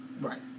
Right